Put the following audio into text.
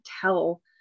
tell